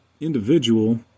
individual